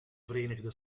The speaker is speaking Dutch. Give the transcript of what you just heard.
verenigde